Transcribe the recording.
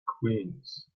queens